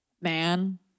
man